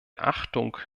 achtung